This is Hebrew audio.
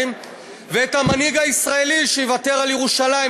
ואת המנהיג הישראלי שיוותר על ירושלים,